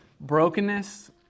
Brokenness